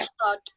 start